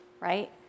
right